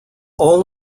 all